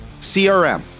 CRM